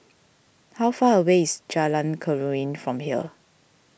how far away is Jalan Keruing from here